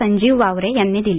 संजीव वावरे यांनी दिली